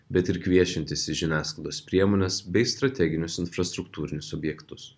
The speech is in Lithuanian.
bet ir kviečiantis į žiniasklaidos priemones bei strateginius infrastruktūrinius objektus